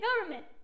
government